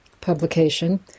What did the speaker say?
publication